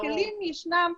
הכלים ישנם,